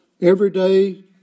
everyday